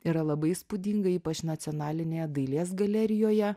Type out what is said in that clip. yra labai įspūdinga ypač nacionalinėje dailės galerijoje